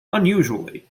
unusually